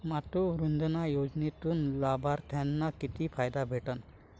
मातृवंदना योजनेत लाभार्थ्याले किती फायदा भेटन?